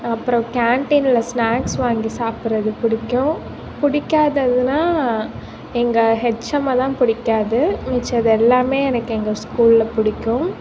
அப்புறம் கேன்டீன்ல ஸ்நாக்ஸ் வாங்கி சாப்பிட்றது பிடிக்கும் பிடிக்காததுனா எங்கள் ஹெச்எம்மை தான் பிடிக்காது மிச்சது எல்லாமே எனக்கு எங்கள் ஸ்கூல்ல பிடிக்கும்